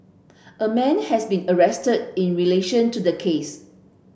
a man has been arrested in relation to the case